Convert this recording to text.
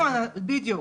בדיוק.